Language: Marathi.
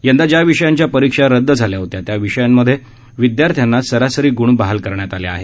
यंदा ज्या विषयांच्या परिक्षा रद्द झाल्या होत्या त्या विषयामध्ये विद्यार्थ्यांना सरासरी गूण बहाल करण्यात आले आहेत